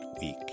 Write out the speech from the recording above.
week